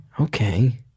okay